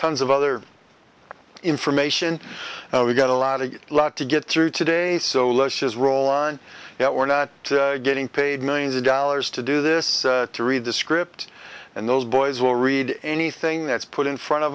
tons of other information and we've got a lot of a lot to get through today so let's just roll line now we're not getting paid millions of dollars to do this to read the script and those boys will read anything that's put in front of